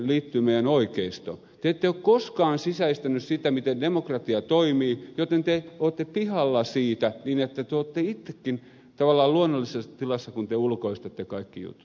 te ette ole koskaan sisäistäneet sitä miten demokratia toimii joten te olette pihalla siitä niin että te olette itsekin tavallaan luonnollisessa tilassa kun te ulkoistatte kaikki jutut